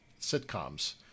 sitcoms